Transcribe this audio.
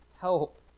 help